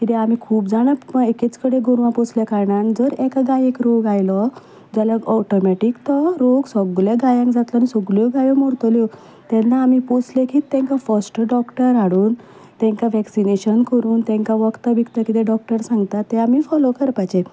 कित्याक आमी खूब जाणां एकेच कडेन गोरवां पोसल्या कारणान जर एका गायेक रोग आयलो जाल्यार ऑटोमेटीक तो रोग सगळ्या गायांक जातलो आनी सगळ्यो गायो मरतल्यो तेन्ना आमी पोसलें की तेंकां फर्स्ट डॉक्टर हाडून तांकां वॅक्सिनेशन करून तांकां वखदां बिखदां कितें डॉक्टर सांगता तें आमी फोलो करपाचें